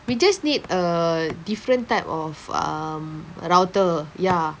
we just need a different type of um router ya